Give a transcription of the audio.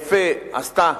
יפה עשתה